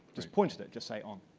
just point at it. just say on.